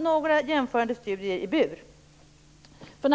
några jämförande studier med höns i bur.